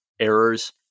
Errors